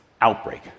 outbreak